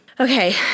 Okay